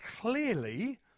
clearly